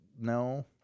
No